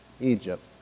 Egypt